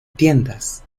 tiendas